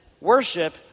worship